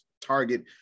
target